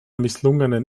misslungenen